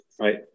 right